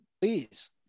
please